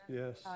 yes